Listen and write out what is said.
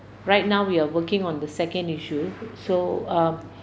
right now we are working on the second issue so um